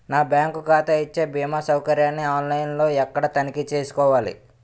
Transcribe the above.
నా బ్యాంకు ఖాతా ఇచ్చే భీమా సౌకర్యాన్ని ఆన్ లైన్ లో ఎక్కడ తనిఖీ చేసుకోవాలి?